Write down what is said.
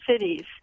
cities